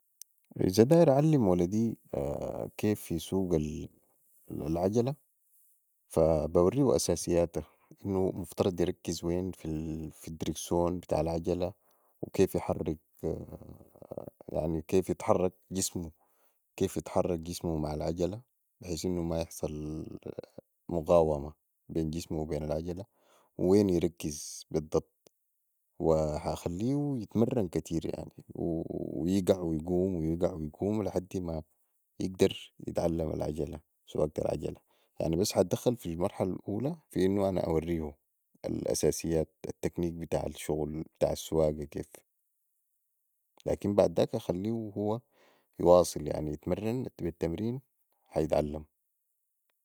إذا داير اعلم ولدي كيف يسوق العجله فبوريهو اساسياتا انو يركز وين في الدركسون بتاع العجله وكيف يحرك يعني كيف يتحرك يحرك جسمو مع العجله بحيث انو ما تحصل مقاومة بين جسمو وبين العجله و وين يركز بي الضبط و ح اخليهو اتمرن كتير يعني يقع ويقوم ويقع ويقوم لحدي مايقدر يتعلم العجله سواقه العجله يعني بس ح ادخل في المرحلة الاولي في انو أنا اوريهو الاساسيات التكنيك بتاع الشغل بتاع السواقه كيف لكن بعداك اخليهو هو يواصل يتمرن بي التمرين ح يتعلم